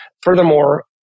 Furthermore